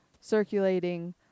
circulating